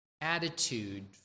attitude